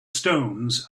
stones